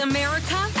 America